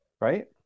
right